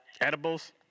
edibles